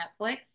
Netflix